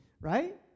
right